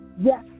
yes